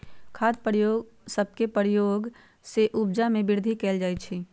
खाद सभके प्रयोग से उपजा में वृद्धि कएल जाइ छइ